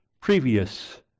previous